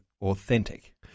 authentic